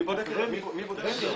מי בודק את זה?